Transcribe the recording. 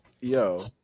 Yo